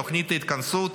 תוכנית ההתכנסות,